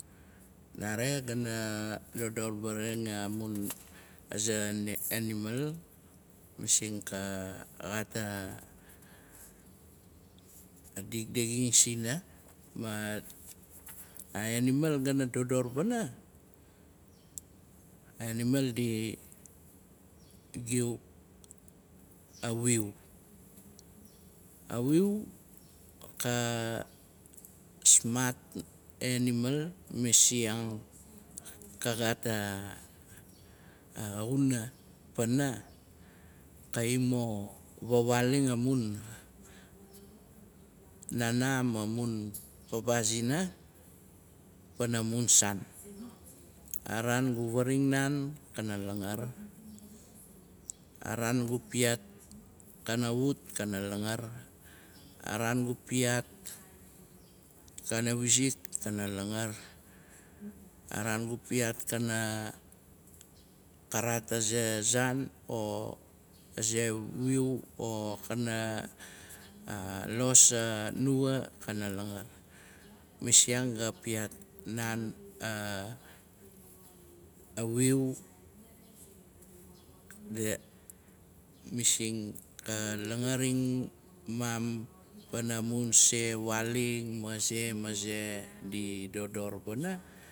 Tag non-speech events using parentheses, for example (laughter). Nare gana dodor varain amun aza enimal, masing ka gat a dikdixing sina, ma aaenimal gana dodor wana, a enimal di giu a wiu. A wiu ka smat enimal masiang ka gat a xuna, pana kai mo vawaling a mun nana ma mun papa zina, pana mun saan. A raan gu viring nankana langar. A raan gu piat kana wut kana langar. A raan gu piat kana wizik kana langar. A raan gu piat kana karaat aza zaan o aza wiu o kana a- alos anua kana langar. Masiang ga piat, naan a- a- wiu (unintelligible) masing ka langaring mam, pana mun se waaling maze maze di dodor wana